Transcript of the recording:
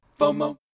FOMO